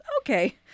Okay